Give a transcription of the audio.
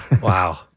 Wow